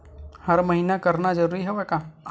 हर महीना करना जरूरी हवय का?